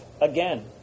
again